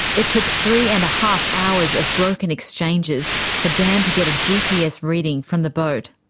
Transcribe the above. it took three-and-a-half hours of broken exchanges for dan to get a gps reading from the boat.